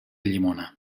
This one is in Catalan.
llimona